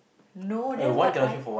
no that's what I